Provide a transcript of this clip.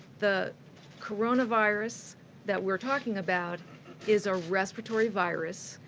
the coronavirus that we're talking about is a respiratory virus.